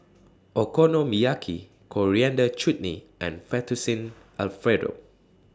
Okonomiyaki Coriander Chutney and Fettuccine Alfredo